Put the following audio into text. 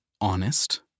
honest